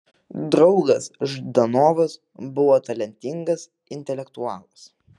draugas ždanovas buvo talentingas intelektualas